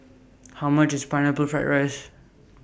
How much IS Pineapple Fried Rice